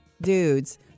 dudes